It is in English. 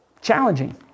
challenging